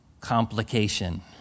complication